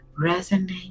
resonate